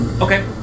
Okay